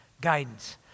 guidance